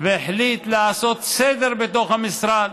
והחליט לעשות סדר בתוך המשרד.